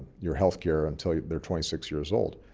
your health care until they're twenty six years old.